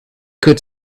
could